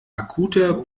akuter